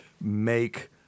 make